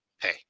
Hey